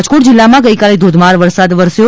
રાજકોટ જિલ્લામાં ગઈકાલે ધોધમાર વરસાદ વરસ્યો